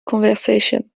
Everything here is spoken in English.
conversation